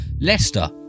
Leicester